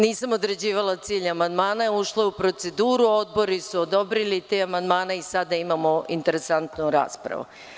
Nisam određivala cilj amandmana, ušlo je u proceduru, odbori su odobrili te amandmane i sada imamo interesantnu raspravu.